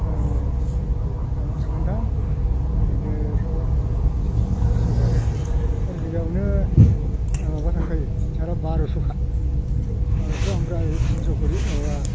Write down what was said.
थिन माबा थांगोन दां ओरैनोथ' थिनस'बा सारि बिघायावनो माबा थांखायो तिन सार बारस'खा बार'स' ओमफ्राय थिनस'खरि माबा